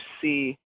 see